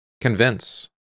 Convince